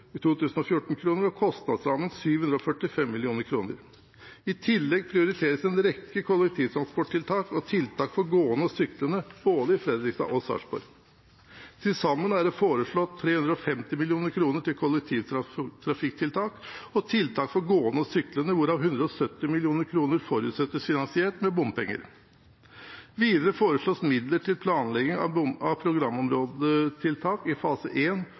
og kostnadsrammen er fastsatt til 745 mill. kr. I tillegg prioriteres en rekke kollektivtransporttiltak og tiltak for gående og syklende i både Fredrikstad og Sarpsborg. Til sammen er det foreslått 350 mill. kr til kollektivtrafikktiltak og tiltak for gående og syklende, hvorav 170 mill. kr forutsettes finansiert med bompenger. Videre foreslås midler til planlegging av programområdetiltak i fase 1 og prosjekter som er aktuelle i neste fase.